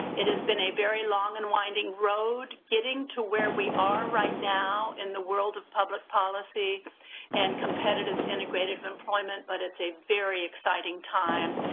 it has been a very long and winding road getting to where we are right now in the world of public policy and competitive integrated employment, but it's a very exciting time.